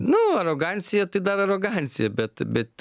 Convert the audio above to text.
nu arogancija tai dar arogancija bet bet